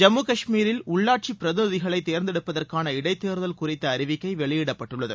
ஜம்மு காஷ்மீரில் உள்ளாட்சி பிரதிநிதிகளை தேர்ந்தெடுப்பதற்காள இடைத்தேர்தல் குறித்த அறிவிக்கை வெளியிடப்பட்டுள்ளது